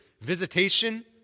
visitation